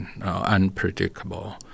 unpredictable